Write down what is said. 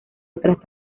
otras